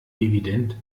evident